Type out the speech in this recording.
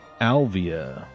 Alvia